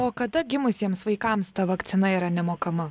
o kada gimusiems vaikams ta vakcina yra nemokama